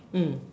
mm